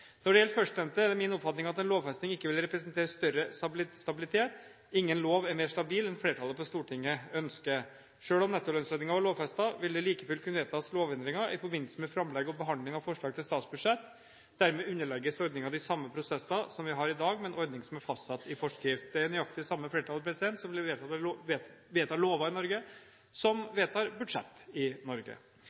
Når det gjelder førstnevnte, er det min oppfatning at en lovfesting ikke vil representere større stabilitet. Ingen lov er mer stabil enn flertallet på Stortinget ønsker. Selv om nettolønnsordningen var lovfestet, ville det like fullt kunne vedtas lovendringer i forbindelse med framlegg og behandling av forslag til statsbudsjett. Dermed underlegges ordningen de samme prosesser som vi har i dag, med en ordning som er fastsatt i forskrift. Det er nøyaktig det samme flertallet som vedtar lover i Norge, som vedtar budsjett i Norge.